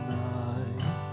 night